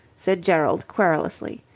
said gerald querulously.